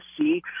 see